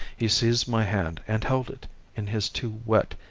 he seized my hand and held it in his two wet,